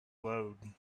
load